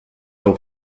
your